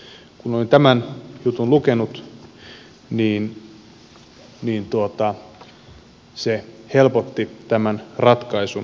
kun olin tämän jutun lukenut niin se helpotti tämän ratkaisun hyväksymistä